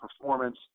performance